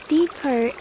Deeper